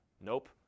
Nope